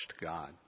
God